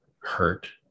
hurt